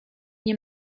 nie